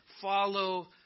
Follow